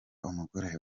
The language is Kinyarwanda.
umugore